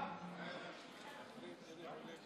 אני באמצע